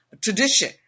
tradition